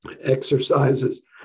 exercises